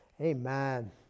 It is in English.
Amen